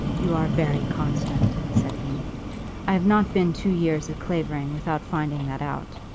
you are very constant, said he i have not been two years at clavering without finding that out.